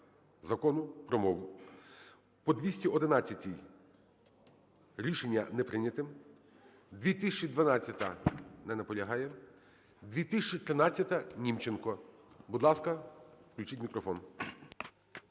Закону про мову. По 2011-й рішення не прийнято. 2012-а. Не наполягає. 2013-а, Німченко. Будь ласка, включіть мікрофон.